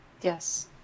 Yes